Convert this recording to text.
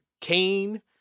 Kane